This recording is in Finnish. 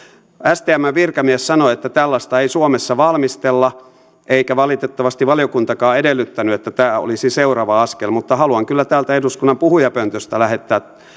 stmn virkamies sanoi että tällaista ei suomessa valmistella eikä valitettavasti valiokuntakaan edellyttänyt että tämä olisi seuraava askel mutta haluan kyllä täältä eduskunnan puhujapöntöstä lähettää